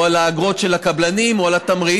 או על האגרות של הקבלנים או על התמריץ.